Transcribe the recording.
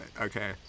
okay